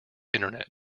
internet